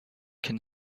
can